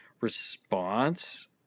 response